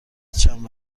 چند